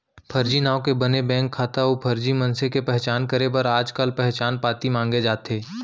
फरजी नांव के बने बेंक खाता अउ फरजी मनसे के पहचान करे बर आजकाल पहचान पाती मांगे जाथे